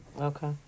Okay